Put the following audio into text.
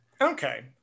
Okay